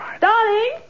darling